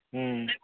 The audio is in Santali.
ᱦᱮᱸ